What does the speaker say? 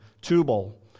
Tubal